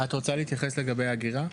אתה רוצה להתייחס לגבי האגירה?